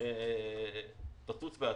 שתצוץ בעתיד.